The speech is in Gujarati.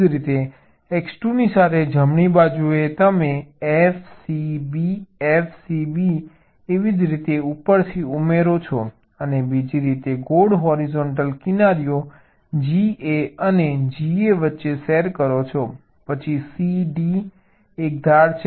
એવી જ રીતે x2 ની સાથે જમણી બાજુએ તમે F C B F C B એવી જ રીતે ઉપરથી ઉમેરો છો અને બીજી રીતે ગોળ હોરિઝોન્ટલ કિનારીઓ G A ને G A વચ્ચે શેર કરો છો પછી C D C D એક ધાર છે